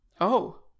Oh